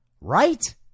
Right